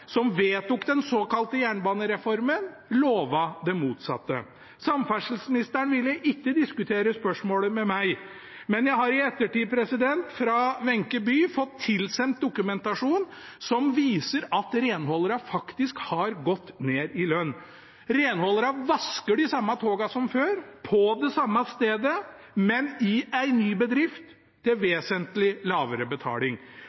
som vedtok den såkalte jernbanereformen, lovet det motsatte. Samferdselsministeren ville ikke diskutere spørsmålet med meg, men jeg har i ettertid fått tilsendt dokumentasjon fra Wenche Bye som viser at renholderne faktisk har gått ned i lønn. Renholderne vasker de samme togene som før, på det samme stedet, men i en ny bedrift, til vesentlig lavere betaling.